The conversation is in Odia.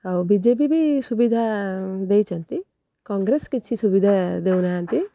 ଆଉ ବିଜେପି ବି ସୁବିଧା ଦେଇଛନ୍ତି କଂଗ୍ରେସ କିଛି ସୁବିଧା ଦେଉନାହାନ୍ତି